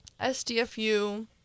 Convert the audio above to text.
SDFU